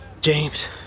James